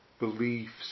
Beliefs